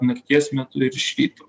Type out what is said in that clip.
nakties metu ir iš ryto